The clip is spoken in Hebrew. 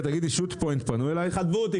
תכתבו אותי